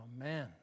Amen